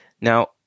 Now